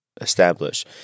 establish